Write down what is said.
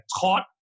taught